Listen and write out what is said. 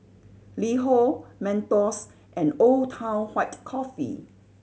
LiHo Mentos and Old Town White Coffee